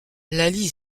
laly